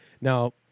Now